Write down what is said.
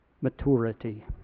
maturity